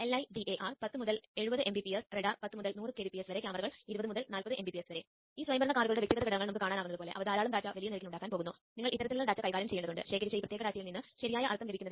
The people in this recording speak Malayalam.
ഒരു ZigBee മൊഡ്യൂൾ വഴി വിവരങ്ങളുടെ കൈമാറ്റം ചെയ്യലും നടത്തുന്നില്ല